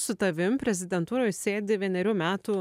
su tavim prezidentūroj sėdi vienerių metų